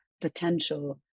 potential